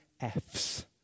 Fs